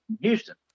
Houston